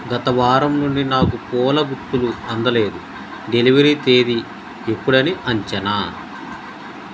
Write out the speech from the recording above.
గత వారం నుండి నాకు పూల గుత్తులు అందలేదు డెలివరీ తేదీ ఎప్పుడని అంచనా